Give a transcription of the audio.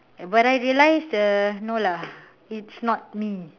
but I realize uh no lah it's not me